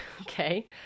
Okay